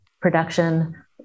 production